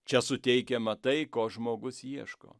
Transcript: čia suteikiama tai ko žmogus ieško